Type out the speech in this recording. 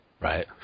Right